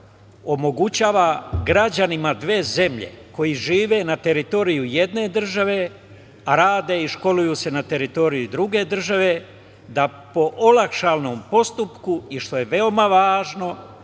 omogućava građanima dve zemlje koji žive na teritoriji jedne države, a rade i školuju se na teritoriji druge države, da po olakšanom postupku i što je veoma važno